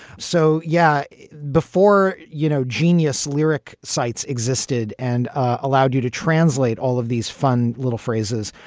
so yeah, before, you know, genius lyric sites existed and allowed you to translate all of these fun little phrases.